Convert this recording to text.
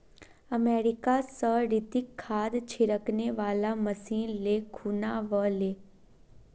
America स रितिक खाद छिड़कने वाला मशीन ले खूना व ले